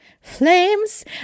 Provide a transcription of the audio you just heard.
Flames